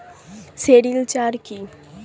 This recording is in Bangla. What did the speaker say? সেরিলচার কি?